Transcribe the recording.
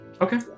Okay